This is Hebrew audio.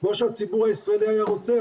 כמו שהציבור הישראלי היה רוצה.